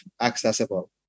accessible